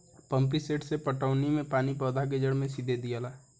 pump set से पटौनी मे पानी पौधा के जड़ मे सीधे दियाला